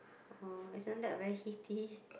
uh isn't that very heaty